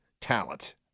talent